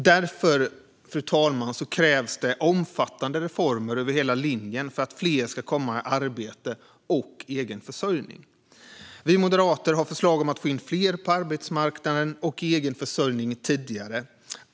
Därför krävs det, fru talman, omfattande reformer över hela linjen för att fler ska komma i arbete och egen försörjning. Vi moderater har förslag om att få in fler på arbetsmarknaden och i egen försörjning tidigare.